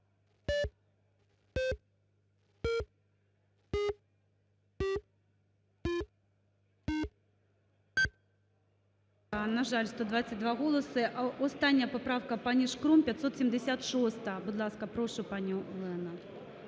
На жаль, 122 голоси. Остання поправка пані Шкурм 576-а. Будь ласка, прошу, пані Олено.